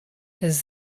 does